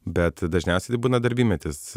bet dažniausiai tai būna darbymetis